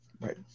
Right